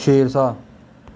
Sher Shah